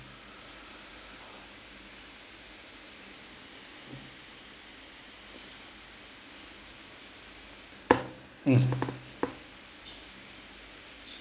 um